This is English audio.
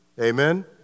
Amen